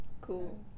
Cool